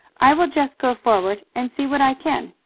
i will just go forward and see what i can.